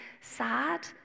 sad